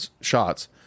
shots